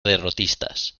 derrotistas